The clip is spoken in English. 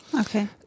Okay